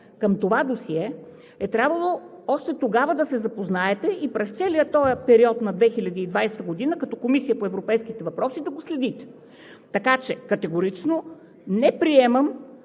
към това досие, е трябвало още тогава да се запознаете и през целия този период на 2020 г. като Комисия по европейските въпроси да го следите. Така че категорично не приемам,